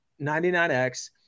99X